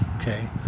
Okay